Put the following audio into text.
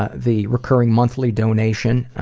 ah the recurring monthly donation,